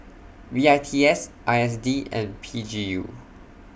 W I T S I S D and P G U